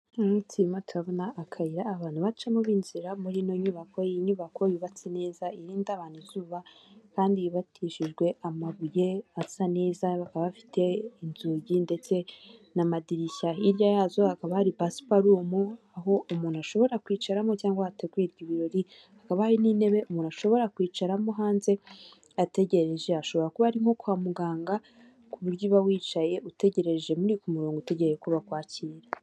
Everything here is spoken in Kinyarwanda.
Mata akayira abantu bacamo binjira muri ino nyubako, iyi nyubako yubatse neza irinda abantu izuba kandi yubatishijwe amabuye asa neza, bakaba bafite inzugi ndetse n'amadirishya hirya yazo hakaba hari pasiparumu, aho umuntu ashobora kwicaramo cyangwa ategurwa ibirori hakaba hari n'intebe umuntu ashobora kwicaramo hanze ategereje, ashobora kuba ari nko kwa muganga ku buryo uba wicaye utegereje ku murongo utegereye ku bakwakira.